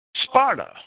Sparta